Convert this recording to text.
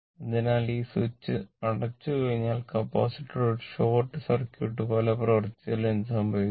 അതിനാൽ ഈ സ്വിച്ച് അടച്ചുകഴിഞ്ഞാൽ കപ്പാസിറ്റർ ഒരു ഷോർട്ട് സർക്യൂട്ട് പോലെ പ്രവർത്തിച്ചാൽ എന്ത് സംഭവിക്കും